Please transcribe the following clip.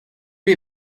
les